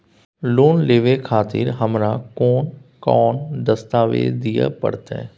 Loan लेवे खातिर हमरा कोन कौन दस्तावेज दिय परतै?